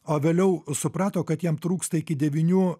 o vėliau suprato kad jam trūksta iki devynių